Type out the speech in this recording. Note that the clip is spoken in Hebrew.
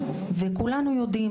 וכולנו יודעים,